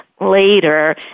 later